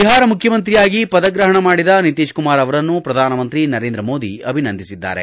ಬಿಹಾರ ಮುಖ್ಯಮಂತ್ರಿಯಾಗಿ ಪದಗ್ರಪಣ ಮಾಡಿದ ನೀತ್ಕುಮಾರ್ ಅವರನ್ನು ಪ್ರಧಾನಮಂತ್ರಿ ನರೇಂದ್ರ ಮೋದಿ ಅಭಿನಂದಿಸಿದ್ದಾರೆ